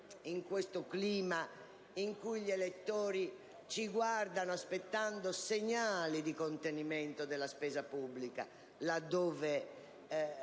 in questo clima in cui gli elettori ci guardano aspettando segnali di contenimento della stessa (dove